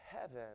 Heaven